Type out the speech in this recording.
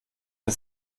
der